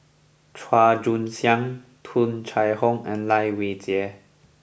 Chua Joon Siang Tung Chye Hong and Lai Weijie